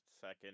second